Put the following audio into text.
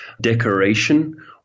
decoration